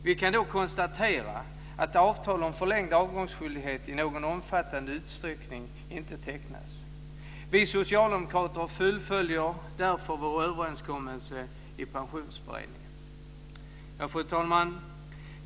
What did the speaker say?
Vi kan då konstatera att avtal om förlängd avgångsskyldighet i någon omfattande utsträckning inte tecknats. Vi socialdemokrater fullföljer därför vår överenskommelse i Pensionsberedningen. Fru talman!